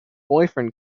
boyfriend